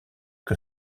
que